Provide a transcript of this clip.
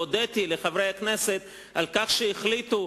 והודיתי לחברי הכנסת על כך שהחליטו,